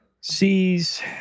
sees